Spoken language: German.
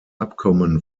abkommen